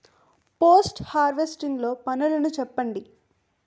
Post harvesting లో పనులను చెప్పండి?